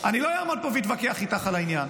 אני לא אעמוד פה ואתווכח איתך על העניין.